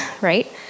right